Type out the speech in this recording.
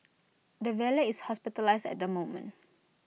the valet is hospitalised at the moment